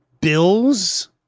bills